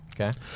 Okay